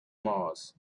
mars